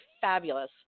fabulous